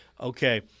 okay